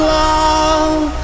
love